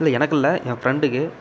இல்லை எனக்கு இல்லை என் பிரண்டுக்கு